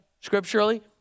scripturally